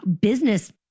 business